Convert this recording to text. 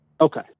Okay